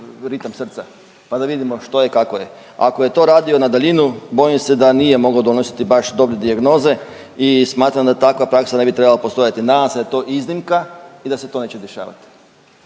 ritam srca pa da vidimo što je i kako je. Ako je to radio na daljinu bojim se da nije mogao donositi baš dobre dijagnoze i smatram da takva praksa ne bi trebala postojati. Nadam se da je to iznimka i da se to neće dešavati.